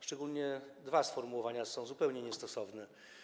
Szczególnie dwa sformułowania są zupełnie niestosowne.